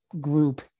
group